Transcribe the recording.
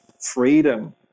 freedom